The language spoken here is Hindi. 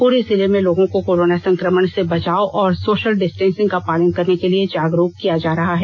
पूरे जिले में लोगों को कोरोना संक्रमण से बचाव और सोषल डिस्टेंसिंग का पालन करने के लिए जागरूक किया जा रहा है